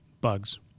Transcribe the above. bugs